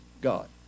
God